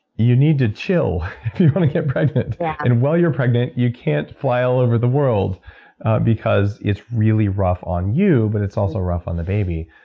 you need to chill if you want to get pregnant yeah and while you're pregnant, you can't fly all over the world because it's really rough on you, but it's also rough on the baby.